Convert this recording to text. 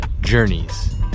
journeys